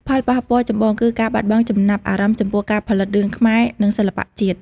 ផលប៉ះពាល់ចម្បងគឺការបាត់បង់ចំណាប់អារម្មណ៍ចំពោះការផលិតរឿងខ្មែរនិងសិល្បៈជាតិ។